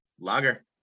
Lager